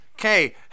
Okay